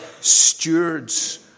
stewards